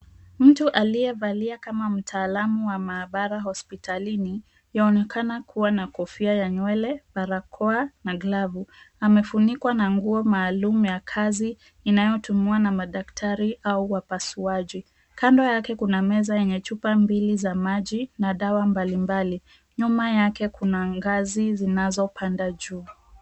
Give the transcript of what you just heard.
Mtu aliyevalia kama mtaalamu wa maabara hospitalini yaonekana kuwa na kofia ya nywele, barakoa na glavu amefunikwa na nguo maalum ya kazi inayutumiwa na madaktari au wapusuaji, kando yake kuna meza yenye chupa mbili za maji na dawa mbalimbali nyuma yake kuna ngazi zinazopanda juu.